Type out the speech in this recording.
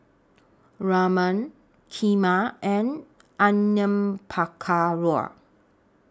Ramen Kheema and Onion Pakora